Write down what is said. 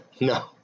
no